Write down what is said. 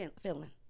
feeling